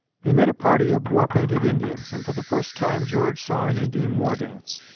they met a party of war-painted indians, and for the first time george saw an indian war dance.